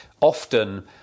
often